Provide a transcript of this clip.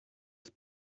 ist